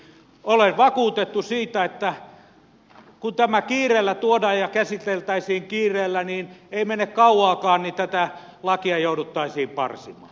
olen vakuuttunut siitä että kun tämä kiireellä tuodaan ja käsiteltäisiin kiireellä niin ei mene kauaakaan kun tätä lakia jouduttaisiin parsimaan